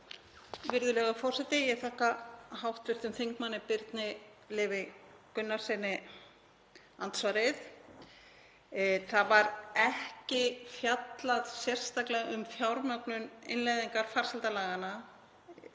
Virðulegur forseti. Ég þakka hv. þm. Birni Leví Gunnarssyni andsvarið. Það var ekki fjallað sérstaklega um fjármögnun innleiðingar farsældarlaganna